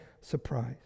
surprise